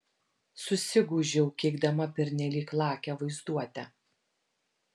susigūžiau keikdama pernelyg lakią vaizduotę